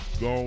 go